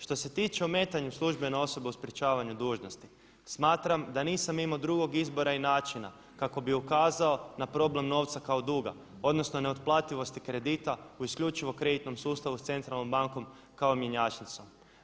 Što se tiče o ometanju službene osobe u sprečavanju dužnosti, smatram da nisam imao drugog izbora i načina kako bi ukazao na problem novca kao duga odnosno ne otplativosti kredita u isključivo u kreditnom sustavu s Centralnom bankom kao mjenjačnicom.